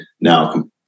now